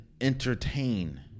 entertain